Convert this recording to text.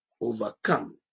overcome